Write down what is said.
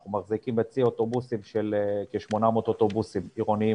אנחנו מחזיקים בצי אוטובוסים של כ-800 אוטובוסים עירוניים